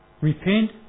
Repent